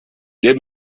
der